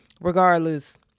regardless